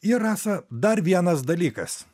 ir rasa dar vienas dalykas